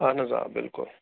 اَہَن حظ آ بِلکُل